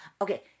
Okay